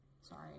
Sorry